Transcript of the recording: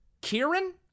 Kieran